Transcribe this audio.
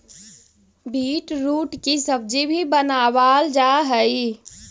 beetroot की सब्जी भी बनावाल जा हई